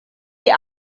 die